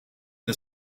the